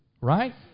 Right